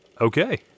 Okay